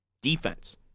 Defense